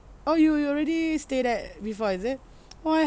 oh you you already stay there before is it !wah!